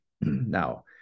Now